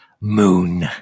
moon